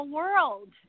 world